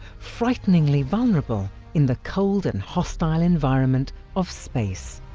frighteningly vulnerable in the cold and hostile environment of space